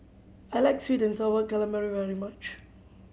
I like sweet and Sour Calamari very much